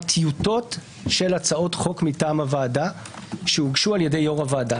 טיוטות של הצעות חוק מטעם הוועדה שהוגשו על-ידי יושב-ראש הוועדה.